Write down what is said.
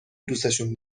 دوسشون